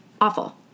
awful